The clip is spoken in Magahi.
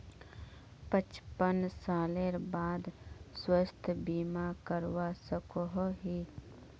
पचपन सालेर बाद स्वास्थ्य बीमा करवा सकोहो ही?